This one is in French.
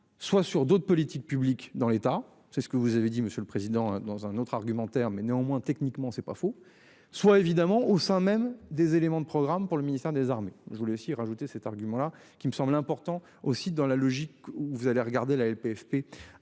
soit sur d'autres politiques publiques dans l'état, c'est ce que vous avez dit monsieur le président, dans un autre argumentaire mais néanmoins techniquement c'est pas faux soit évidemment au sein même des éléments de programme pour le ministère des Armées. Je voulais aussi rajouter cet argument-là qui me semble important aussi dans la logique où vous allez regarder la LPFP